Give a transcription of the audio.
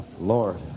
Lord